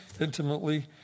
intimately